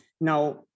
Now